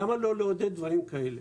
למה לא לעודד דברים כאלה?